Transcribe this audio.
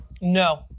No